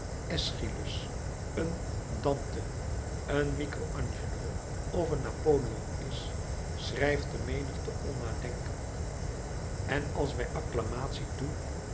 eschylus een dante een michel angelo of een napoleon is schrijft de menigte onnadenkend en als bij acclamatie toe